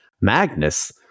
Magnus